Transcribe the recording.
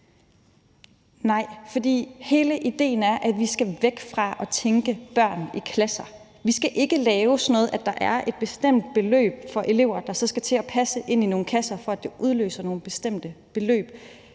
Nej, fordi hele idéen er, at vi skal væk fra at tænke børn i klasser. Vi skal ikke lave sådan noget med, at der er et bestemt beløb for elever, der så skal til at passe ind i nogle kasser, for at det udløser nogle bestemte beløb.